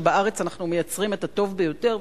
כשבארץ אנחנו מייצרים את הטוב ביותר,